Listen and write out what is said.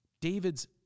David's